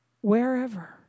wherever